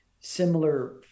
similar